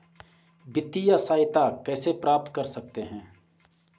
वित्तिय सहायता कैसे प्राप्त कर सकते हैं?